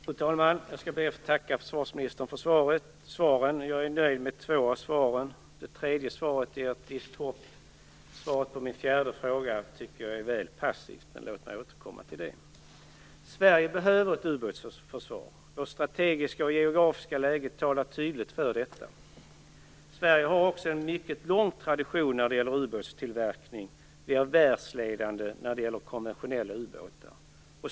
Fru talman! Jag skall be att få tacka försvarsministern för svaren. Jag är nöjd två av dem. Det tredje inger ett visst hopp, men svaret på min fjärde fråga är väl passivt - låt mig återkomma till det. Sverige behöver ett ubåtsförsvar. Vårt strategiska och geografiska läge talar tydligt för detta. Sverige har också en mycket lång tradition av ubåtstillverkning. Vi är världsledande på konventionella utbåtar.